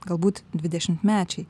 galbūt dvidešimtmečiai